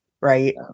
right